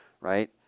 right